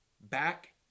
back